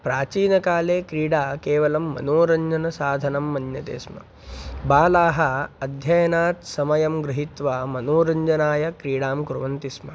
प्राचीनकाले क्रीडा केवलं मनोरञ्जनसाधना मन्यते स्म बालाः अध्ययनात् समयं गृहीत्वा मनोरञ्जनाय क्रीडां कुर्वन्ति स्म